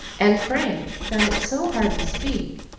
and frank found it so hard to speak,